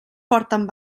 porten